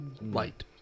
Light